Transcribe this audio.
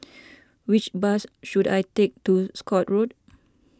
which bus should I take to Scotts Road